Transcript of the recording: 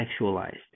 sexualized